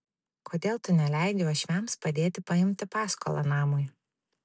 kodėl tu neleidi uošviams padėti paimti paskolą namui